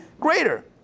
greater